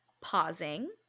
pausing